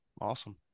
Awesome